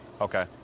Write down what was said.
Okay